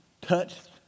Touched